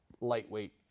lightweight